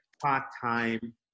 part-time